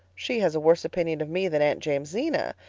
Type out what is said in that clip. she has a worse opinion of me than aunt jamesina,